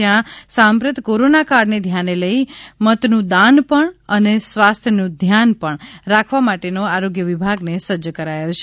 જ્યા સાંપ્રત કોરોના કાળ ને ધ્યાને લઈને મતનુ દાન પણ અને સ્વાસ્થ્યનુ ધ્યાન પણ રાખવા માટે આરોગ્ય વિભાગને સજ્જ કરાયો છે